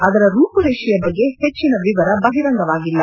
ಅದರ ರೂಪುರೇಷೆಯ ಬಗ್ಗೆ ಹೆಚ್ಚಿನ ವಿವರ ಬಹಿರಂಗವಾಗಿಲ್ಲ